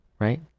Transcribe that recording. Right